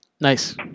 Nice